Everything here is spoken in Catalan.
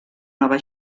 nova